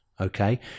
Okay